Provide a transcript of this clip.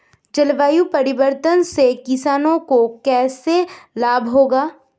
जलवायु परिवर्तन से किसानों को कैसे लाभ होगा?